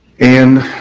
and,